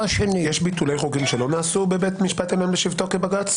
יש ביטולי חוקים שלא נעשו בבית משפט עליון בשבתו כבג"ץ,